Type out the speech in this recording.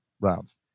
rounds